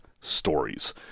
stories